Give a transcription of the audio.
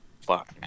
Fuck